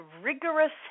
rigorous